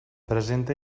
presenta